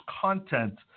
content